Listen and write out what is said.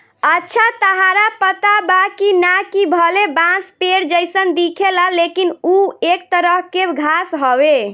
अच्छा ताहरा पता बा की ना, कि भले बांस पेड़ जइसन दिखेला लेकिन उ एक तरह के घास हवे